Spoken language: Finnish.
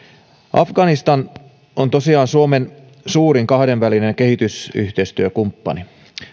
afganistan on tosiaan suomen suurin kahdenvälinen kehitysyhteistyökumppani